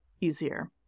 easier